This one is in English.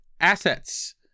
assets